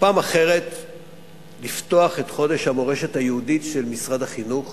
ופעם אחרת לפתוח את חודש המורשת היהודית של משרד החינוך